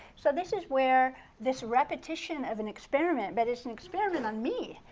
so this is where this repetition of an experiment, but it's an experiment on me.